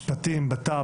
משרד המשפטים, המשרד לבט",